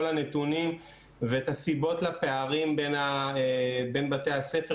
הנתונים ואת הסיבות לפערים בין בתי הספר,